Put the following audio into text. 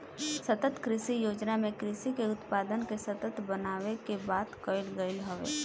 सतत कृषि योजना में कृषि के उत्पादन के सतत बनावे के बात कईल गईल हवे